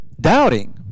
doubting